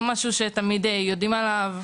אותה,